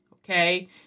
Okay